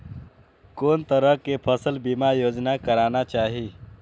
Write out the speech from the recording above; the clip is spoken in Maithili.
कोन तरह के फसल बीमा योजना कराना चाही?